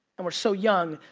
and we're so young,